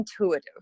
intuitive